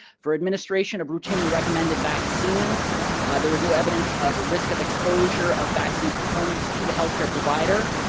for administration of routinely recommended vaccines there was no evidence of risk of exposure of vaccine components to the health care provider.